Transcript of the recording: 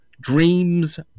Dreams